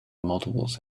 models